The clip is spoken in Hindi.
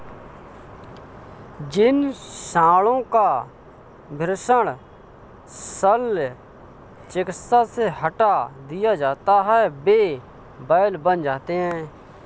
जिन साँडों का वृषण शल्य चिकित्सा से हटा दिया जाता है वे बैल बन जाते हैं